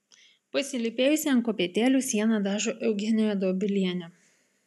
pasilypėjusi ant kopėtėlių sieną dažo eugenija dobilienė